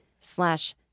slash